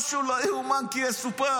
משהו לא יאומן כי יסופר.